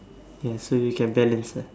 ya so you can balance ah